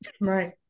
Right